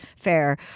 fair